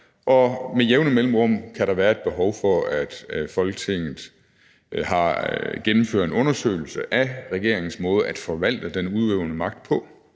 og med jævne mellemrum kan der være et behov for, at Folketinget gennemfører en undersøgelse af regeringens måde at forvalte den udøvende magt på,